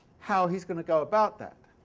how he's going to go about that.